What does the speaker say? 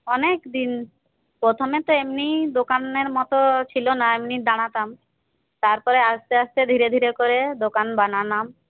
অনেকদিন প্রথমে তো এমনিই দোকানের মতো ছিলনা এমনি দাঁড়াতাম তারপরে আস্তে আস্তে ধীরে ধীরে করে দোকান বানালাম